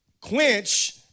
Quench